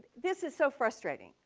this is so frustrating.